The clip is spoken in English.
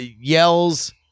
yells